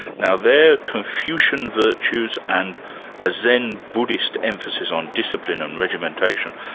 now they're confucian virtues and a zen buddhist emphasis on discipline and regimentation,